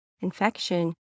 infection